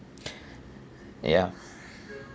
ya